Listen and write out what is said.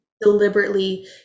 deliberately